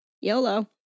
YOLO